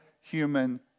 human